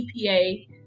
EPA